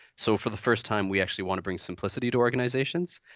so for the first time we actually want to bring simplicity to organizations.